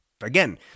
Again